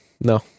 no